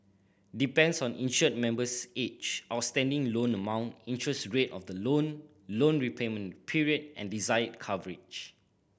depends on insured member's age outstanding loan amount interest rate of the loan loan repayment period and desired coverage